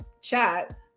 chat